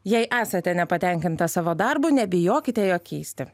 jei esate nepatenkintas savo darbu nebijokite jo keisti